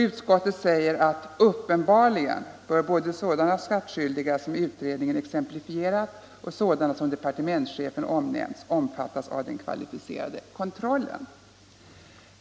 Utskottet säger att uppenbarligen bör både sådana skattskyldiga som utredningen exemplifierat och sådana som departementschefen omnämnt omfattas av den kvalificerade kontrollen.